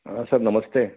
हाँ सर नमस्ते